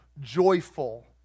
joyful